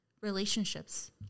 relationships